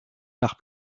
par